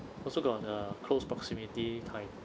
also got a close proximity kind